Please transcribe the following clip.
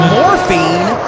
morphine